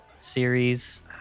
series